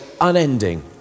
unending